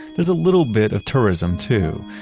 there's a little bit of tourism too,